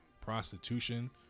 prostitution